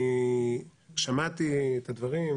אני שמעתי את הדברים,